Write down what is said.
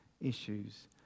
issues